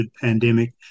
pandemic